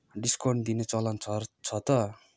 discount दिने चलन छ छ त